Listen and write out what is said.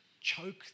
choke